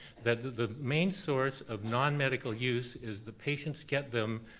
that the the main source of non-medical use is the patients get them,